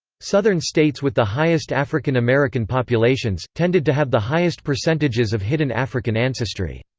southern states with the highest african american populations, tended to have the highest percentages of hidden african ancestry.